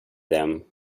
them